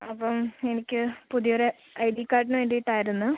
അപ്പം എനിക്ക് പുതിയൊരു ഐ ഡി കാർഡിന് വേണ്ടിയിട്ടായിരുന്നു